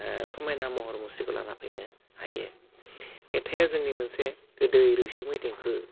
ओह समायना महर मुस्रिखौ लाना फैनो हायो मेथाइआ जोंनि मोनसे गोदै रैसुमै देंखो